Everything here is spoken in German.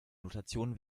notation